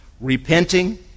repenting